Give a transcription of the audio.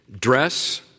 dress